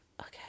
Okay